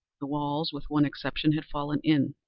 the walls, with one exception, had fallen in.